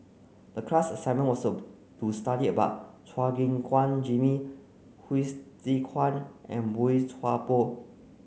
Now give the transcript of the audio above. the class assignment was so to study about Chua Gim Guan Jimmy Hsu Tse Kwang and Boey Chuan Poh